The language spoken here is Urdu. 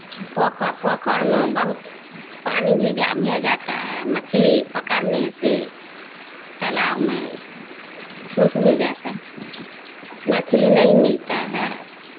پوکھر پوکھر میں بہت پانی بھیجا بھی جاتا ہے مچھلی پکڑنے سے تالاب میں سوکھ بھی جاتا ہے مچھلی نہیں ملتا ہے